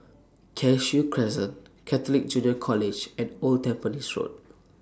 Cashew Crescent Catholic Junior College and Old Tampines Road